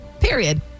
Period